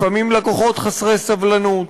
לפעמים לקוחות חסרי סבלנות,